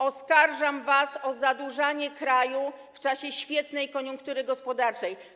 Oskarżam was o zadłużanie kraju w czasie świetnej koniunktury gospodarczej.